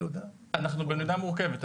אנחנו מדינה מרוכבת.